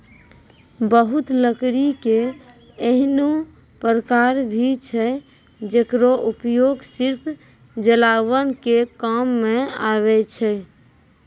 बहुत लकड़ी के ऐन्हों प्रकार भी छै जेकरो उपयोग सिर्फ जलावन के काम मॅ आवै छै